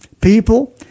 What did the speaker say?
people